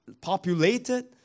populated